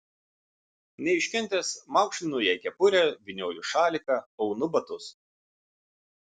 neiškentęs maukšlinu jai kepurę vynioju šaliką aunu batus